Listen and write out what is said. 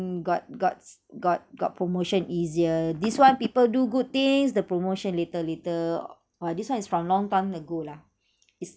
got got got got promotion easier this one people do good things the promotion later later !wah! this one is from long time ago lah